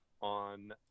on